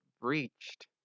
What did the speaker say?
Breached